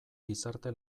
gizarte